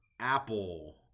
Apple